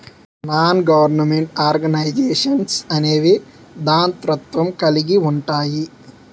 non government organisations అనేవి దాతృత్వం కలిగి ఉంటాయి